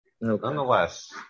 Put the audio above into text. Nonetheless